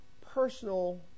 personal